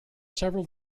several